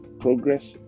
Progress